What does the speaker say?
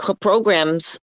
programs